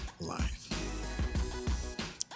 life